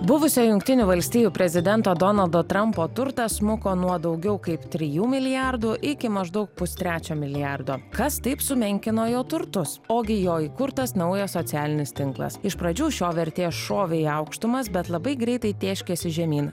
buvusio jungtinių valstijų prezidento donaldo trampo turtas smuko nuo daugiau kaip trijų milijardų iki maždaug pustrečio milijardo kas taip sumenkino jo turtus ogi jo įkurtas naujas socialinis tinklas iš pradžių šio vertė šovė į aukštumas bet labai greitai tėškėsi žemyn